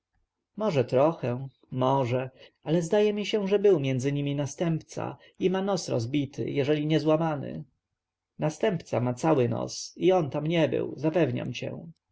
może trochę może ale zdaje mi się że był między nimi następca i ma nos rozbity jeżeli nie złamany następca ma cały nos i on tam nie był zapewniam cię